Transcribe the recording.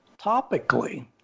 topically